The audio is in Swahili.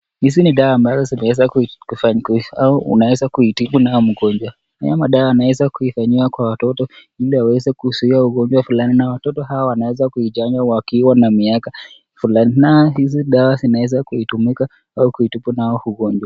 Hizi ni dawa ambazo zinaweza ,kuifadhiwa au unaweza kuitibu nayo ugonjwa. Haya madawa yanaweza kuifanyiwa kwa watoto ili waweze kuzuia ugonjwa fulani ,na watoto hawa wanaweza kuichanjwa wakiwa na miaka fulani. Na hizi dawa zinaweza kutumika au kutibu nayo ugonjwa.